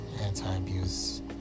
anti-abuse